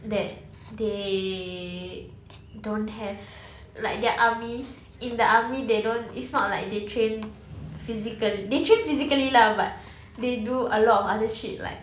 that they don't have like their army in the army they don't it's not like they train physical they train physically lah but they do a lot of other shit like